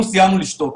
אנחנו סיימנו לשתוק.